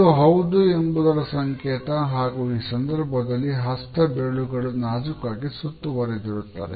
ಇದು ಹೌದು ಎಂಬುದರ ಸಂಕೇತ ಹಾಗೂ ಈ ಸಂದರ್ಭದಲ್ಲಿ ಹಸ್ತ ಬೆರಳುಗಳು ನಾಜೂಕಾಗಿ ಸುತ್ತುವರಿದಿರುತ್ತದೆ